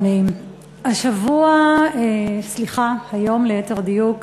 אדוני, השבוע, סליחה, היום ליתר דיוק,